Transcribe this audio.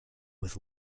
with